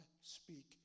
speak